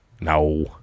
No